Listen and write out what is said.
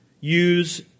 use